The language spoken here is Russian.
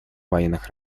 военных